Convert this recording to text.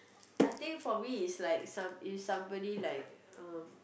I think for me is like some if somebody like uh